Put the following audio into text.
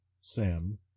Sam